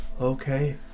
Okay